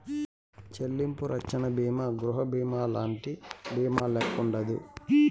చెల్లింపు రచ్చన బీమా గృహబీమాలంటి బీమాల్లెక్కుండదు